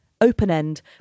open-end